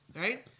right